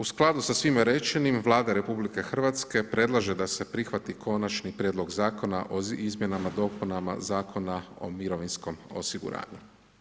U skladu sa svime rečenim, Vlada RH predlaže da se prihvati konačni prijedlog Zakona o izmjenama i dopunama Zakona o mirovinskom osiguranju.